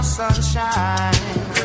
sunshine